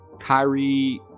Kyrie